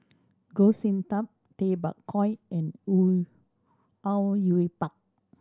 Goh Sin Tub Tay Bak Koi and Au Yue Pak